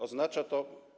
Oznacza to.